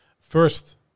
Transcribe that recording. first